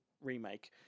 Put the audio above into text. remake